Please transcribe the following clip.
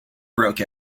broke